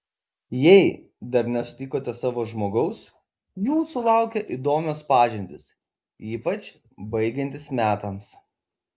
jei dar nesutikote savo žmogaus jūsų laukia įdomios pažintys ypač baigiantis metams